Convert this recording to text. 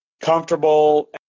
comfortable